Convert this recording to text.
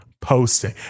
posting